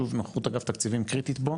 שנוכחות אגף התקציבים בו היא חשובה וקריטית,